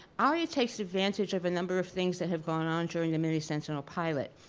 aria takes advantage of a number of things that have gone on during the mini-sentinel pilot,